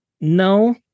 No